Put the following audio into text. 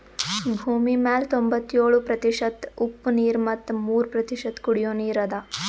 ಭೂಮಿಮ್ಯಾಲ್ ತೊಂಬತ್ಯೋಳು ಪ್ರತಿಷತ್ ಉಪ್ಪ್ ನೀರ್ ಮತ್ ಮೂರ್ ಪ್ರತಿಷತ್ ಕುಡಿಯೋ ನೀರ್ ಅದಾ